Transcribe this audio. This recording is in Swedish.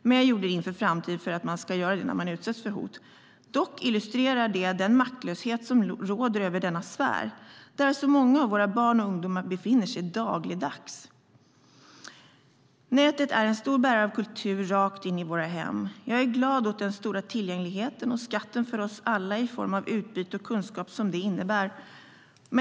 Men jag gjorde det inför framtiden för att man ska anmäla när man utsätts för hot. Dock illustrerar det den maktlöshet som råder över denna sfär där så många av våra barn och ungdomar befinner sig dagligdags. Nätet är en stor bärare av kultur rakt in i våra hem. Jag är glad åt den stora tillgängligheten och den skatt för oss alla i form av utbyte och kunskap som det innebär.